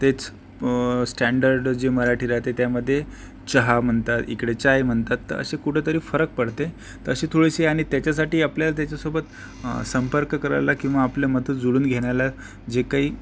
तेच स्टँडर्ड जी मराठी राहते त्यामध्ये चहा म्हणतात इकडे चाय म्हणतात तर असे कुठेतरी फरक पडते तशी थोडीशी आणि त्याच्यासाठी आपल्याला त्याच्यासोबत संपर्क करायला किंवा आपले मतं जुळवून घेण्याला जे काही